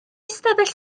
ystafell